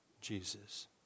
Jesus